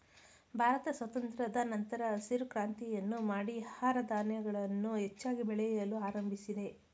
ಭಾರತ ಸ್ವಾತಂತ್ರದ ನಂತರ ಹಸಿರು ಕ್ರಾಂತಿಯನ್ನು ಮಾಡಿ ಆಹಾರ ಧಾನ್ಯಗಳನ್ನು ಹೆಚ್ಚಾಗಿ ಬೆಳೆಯಲು ಆರಂಭಿಸಿದೆ